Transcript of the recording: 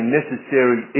necessary